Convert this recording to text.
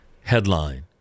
Headline